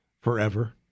forever